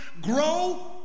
Grow